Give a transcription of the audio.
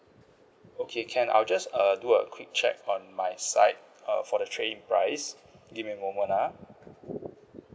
okay can I'll just uh do a quick check on my side uh for the trade in price give me a moment ah